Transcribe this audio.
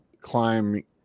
climb